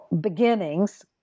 beginnings